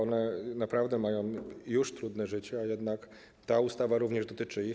One naprawdę mają już trudne życie, a jednak ta ustawa również dotyczy ich.